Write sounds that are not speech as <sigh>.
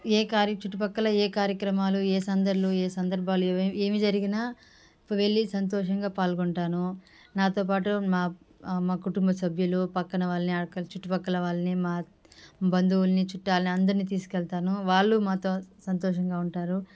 ఏ కార్య చుట్టుపక్కల ఏ కార్యక్రమాలు ఏ సందల్లు ఏ సందర్భాలు <unintelligible> ఏమి జరిగినా వెళ్లి సంతోషంగా పాల్గొంటాను నాతోపాటు మా మా కుటుంబ సభ్యులు పక్కన వాళ్ళని అక్కడ చుట్టుపక్క వాళ్ళని మా బంధువులని చుట్టాలని అందరిని తీసుకెళ్తాను వాళ్లు మాతో సంతోషంగా ఉంటారు